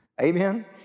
amen